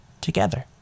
together